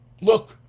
look